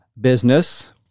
business